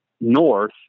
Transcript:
North